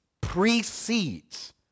precedes